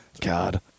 God